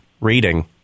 Reading